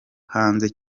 hanze